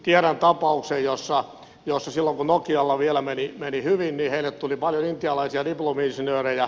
tiedän tapauksen jossa silloin kun nokialla vielä meni hyvin heille tuli paljon intialaisia diplomi insinöörejä